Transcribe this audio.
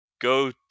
go